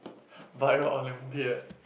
bio Olympiad